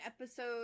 episode